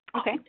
Okay